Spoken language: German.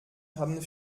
haben